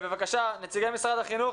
נציגי משרד החינוך,